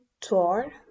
tour